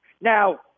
Now